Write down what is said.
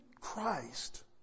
Christ